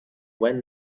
when